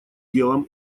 делом